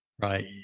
Right